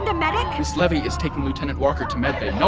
and medic? miss levy is taking lieutenant walker to med bay.